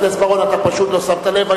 חבר הכנסת בר-און, אתה פשוט לא שמת לב.